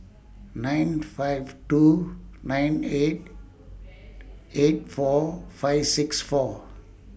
nine five two nine eight eight four five six four